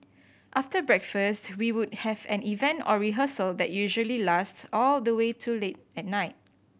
after breakfast we would have an event or rehearsal that usually lasts all the way to late at night